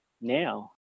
now